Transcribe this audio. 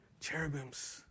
Cherubims